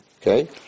okay